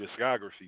discography